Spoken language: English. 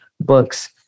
books